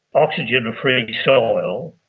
oxygen free soil,